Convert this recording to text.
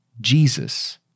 Jesus